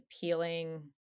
peeling